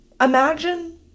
imagine